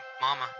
mama